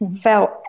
felt